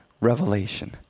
Revelation